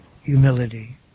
humility